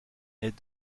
est